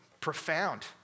Profound